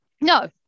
no